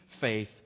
faith